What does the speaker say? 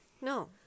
No